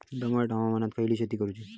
दमट हवामानात खयली शेती करूची?